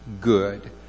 good